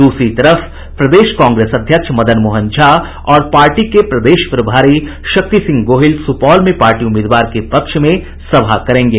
दूसरी तरफ प्रदेश कांग्रेस अध्यक्ष मदन मोहन झा और पार्टी के प्रदेश प्रभारी शक्ति सिंह गोहिल सुपौल में पार्टी उम्मीदवार के पक्ष में सभा करेंगे